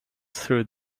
through